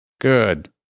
Good